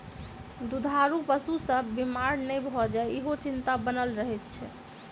दूधारू पशु सभ बीमार नै भ जाय, ईहो चिंता बनल रहैत छै